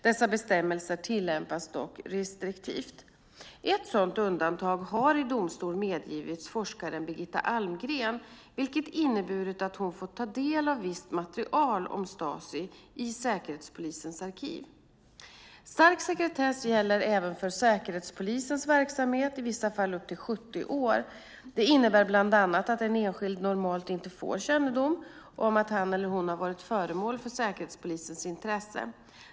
Dessa bestämmelser tillämpas dock restriktivt. Ett sådant undantag har i domstol medgivits forskaren Birgitta Almgren, vilket inneburit att hon fått ta del av visst material om Stasi i Säkerhetspolisens arkiv. Stark sekretess gäller även för Säkerhetspolisens verksamhet, i vissa fall i upp till 70 år. Detta innebär bland annat att en enskild normalt inte får kännedom om att han eller hon varit föremål för Säkerhetspolisens intresse.